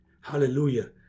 hallelujah